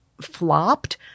flopped